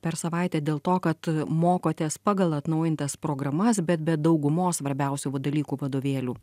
per savaitę dėl to kad mokotės pagal atnaujintas programas bet be daugumos svarbiausių va dalykų vadovėlių